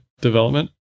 development